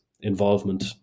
involvement